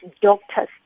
doctors